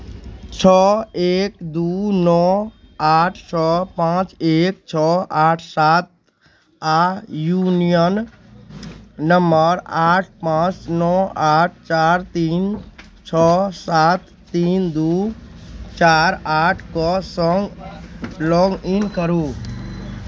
छओ एक दू नओ आठ छओ पाँच एक छओ आठ सात आ यूनियन नंबर आठ पाँच नओ आठ चारि तीन छओ सात तीन दू चारि आठके सङ्ग लॉगइन करू